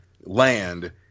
land